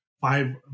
five